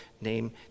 name